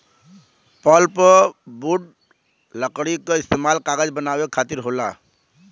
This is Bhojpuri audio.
पल्पवुड लकड़ी क इस्तेमाल कागज बनावे खातिर होला